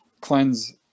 cleanse